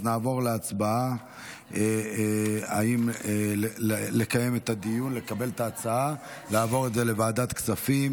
אז נעבור להצבעה אם לקבל את ההצעה להעביר את זה לוועדת הכספים.